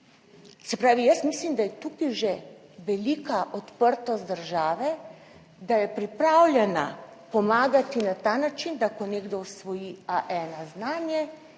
mislim, da je tukaj že velika odprtost države, da je pripravljena pomagati na ta način, da ko nekdo osvoji A1 znanje,